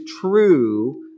true